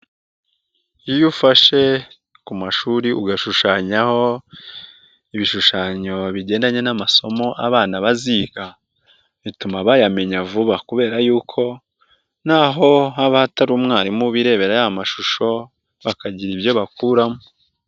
Iyo ufashe ku mashuri ugashushanyaho ibishushanyo bigendanye n'amasomo abana baziga, bituma bayamenya vuba kubera yuko naho haba hatari umwarimu birebera y'amashusho bakagira ibyo bakuramo.